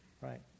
right